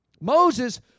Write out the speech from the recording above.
Moses